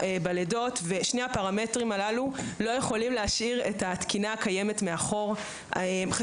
שני הפרמטרים הללו לא יכולים להשאיר את התקינה הקיימת כפי שהיא.